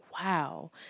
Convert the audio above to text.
wow